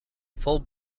full